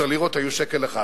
10 לירות היו שקל אחד,